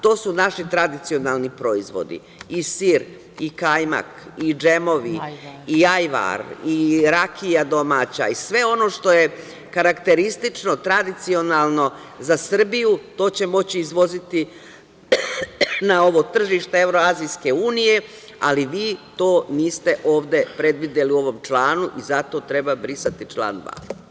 To su naši tradicionalni proizvodi i sir, i kajmak, i džemovi, i ajvar, i rakija domaća i sve ono što je karakteristično, tradicionalno za Srbiju, to će moći izvoziti na ovo tržište Evro-azijske unije, ali vi to niste ovde predvideli u ovom članu i zato treba brisati član 2.